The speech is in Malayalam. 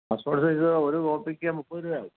പാസ്പോർട്ട് സൈസ് ഒരു കോപ്പിക്ക് മുപ്പത് രൂപയാകും